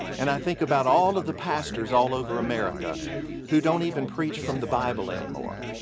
and i think about all of the pastors all over america who don't even preach from the bible anymore.